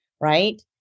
right